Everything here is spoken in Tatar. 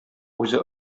үзе